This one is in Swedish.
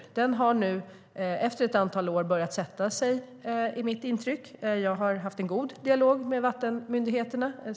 Mitt intryck är att den nu efter ett antal år har börjat sätta sig. Jag har haft en god dialog med vattenmyndigheterna.